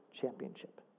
championship